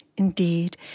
Indeed